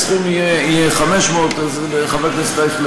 הסכום יהיה 500. אז חבר הכנסת אייכלר